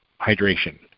hydration